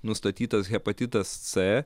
nustatytas hepatitas c